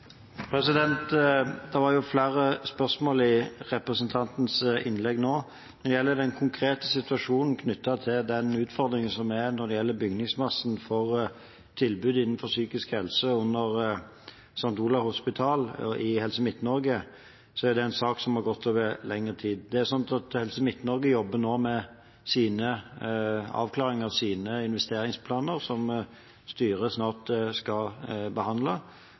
Det var flere spørsmål i representantens innlegg nå. Når det gjelder den konkrete situasjonen knyttet til utfordringen med bygningsmassen for tilbud innenfor psykisk helse under St. Olavs hospital i Helse Midt-Norge, er det en sak som har gått over lengre tid. Helse Midt-Norge jobber nå med avklaring av sine investeringsplaner, som styret snart skal behandle.